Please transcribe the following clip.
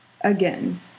Again